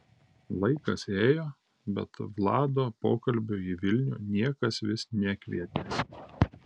laikas ėjo bet vlado pokalbiui į vilnių niekas vis nekvietė